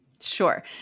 Sure